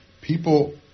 people